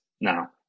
now